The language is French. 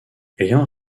ayant